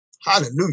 Hallelujah